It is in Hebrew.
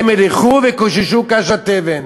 הם ילכו ויקוששו קש לתבן.